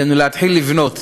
עלינו להתחיל לבנות.